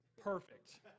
perfect